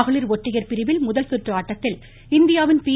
மகளிர் ஒற்றையர் பிரிவில் முதல்குற்று ஆட்டத்தில் இந்தியாவின் பி